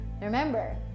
Remember